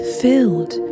filled